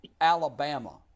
Alabama